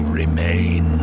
remain